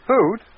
Food